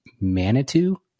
Manitou